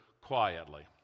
quietly